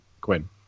Quinn